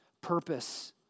purpose